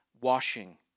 washing